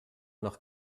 nach